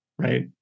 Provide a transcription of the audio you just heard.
Right